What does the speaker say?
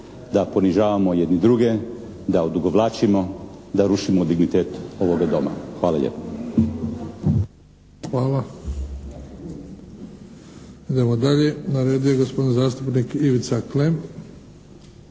da ponižavamo jedni druge, da odugovlačimo, da rušimo dignitet ovoga doma. Hvala lijepo. **Bebić, Luka (HDZ)** Hvala. Idemo dalje. Na redu je gospodin zastupnik Ivica Klem.